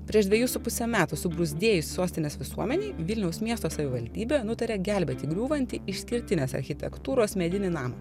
prieš dvejus su puse metų subruzdėjus sostinės visuomenei vilniaus miesto savivaldybė nutarė gelbėti griūvantį išskirtinės architektūros medinį namą